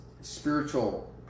spiritual